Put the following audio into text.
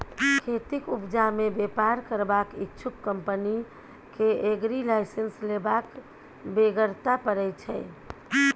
खेतीक उपजा मे बेपार करबाक इच्छुक कंपनी केँ एग्री लाइसेंस लेबाक बेगरता परय छै